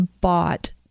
bought